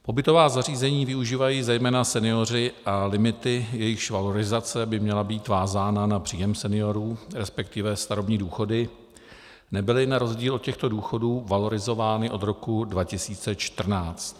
Pobytová zařízení využívají zejména senioři a limity, jejichž valorizace by měla být vázána na příjem seniorů, resp. starobní důchody, nebyly na rozdíl od těchto důchodu valorizovány od roku 2014.